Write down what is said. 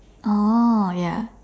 oh ya